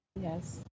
Yes